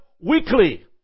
weekly